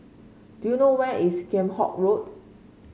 do you know where is Kheam Hock Road